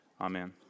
Amen